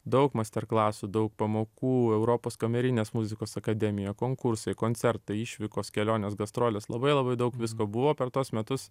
daug masterklasų daug pamokų europos kamerinės muzikos akademija konkursai koncertai išvykos kelionės gastrolės labai labai daug visko buvo per tuos metus